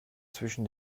zwischen